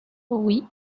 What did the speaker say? oui